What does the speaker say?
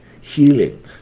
healing